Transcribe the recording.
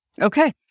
Okay